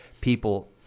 people